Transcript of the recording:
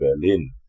Berlin